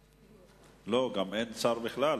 לא, אין שר בכלל.